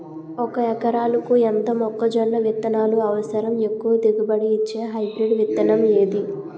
ఒక ఎకరాలకు ఎంత మొక్కజొన్న విత్తనాలు అవసరం? ఎక్కువ దిగుబడి ఇచ్చే హైబ్రిడ్ విత్తనం ఏది?